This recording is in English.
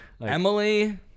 emily